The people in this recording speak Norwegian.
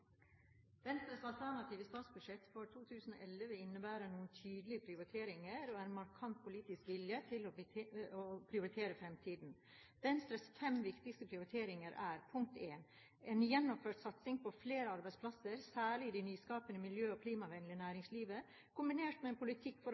Venstres alternative statsbudsjett for 2011 innebærer noen tydelige prioriteringer og en markant politisk vilje til å prioritere fremtiden. Venstres fem viktigste prioriteringer er: en gjennomført satsing på flere arbeidsplasser, særlig i det nyskapende miljø- og klimavennlige næringslivet, kombinert med en politikk for å